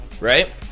right